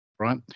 Right